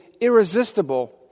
irresistible